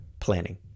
planning